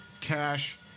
cash